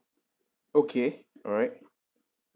okay alright